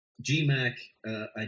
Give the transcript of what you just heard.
G-Mac